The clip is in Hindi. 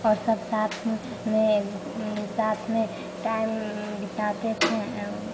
और सब साथ में साथ में टाइम बिताते थे